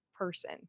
person